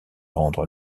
rendre